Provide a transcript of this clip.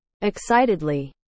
Excitedly